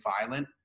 violent